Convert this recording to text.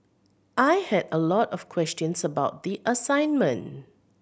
I had a lot of questions about the assignment